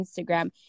Instagram